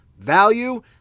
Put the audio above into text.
value